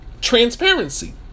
Transparency